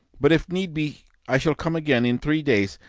but if need be i shall come again in three days,